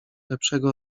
lepszego